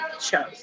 shows